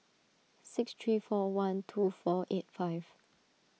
six three four one two four eight five